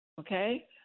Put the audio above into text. Okay